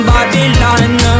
Babylon